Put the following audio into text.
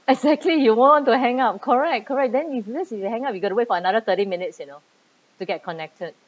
exactly you want to hang up correct correct then you unless you hang up you got to wait for another thirty minutes you know to get connected